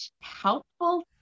helpful